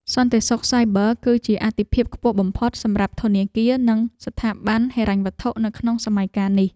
សន្តិសុខសាយប័រ គឺជាអាទិភាពខ្ពស់បំផុតសម្រាប់ធនាគារនិងស្ថាប័នហិរញ្ញវត្ថុនៅក្នុងសម័យកាលនេះ។